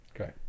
Okay